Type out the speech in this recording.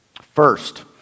First